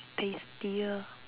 tastier